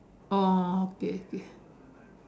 oh okay okay